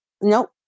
Nope